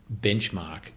benchmark